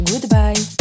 goodbye